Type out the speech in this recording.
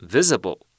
Visible